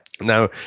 Now